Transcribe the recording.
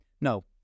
No